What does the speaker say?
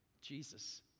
Jesus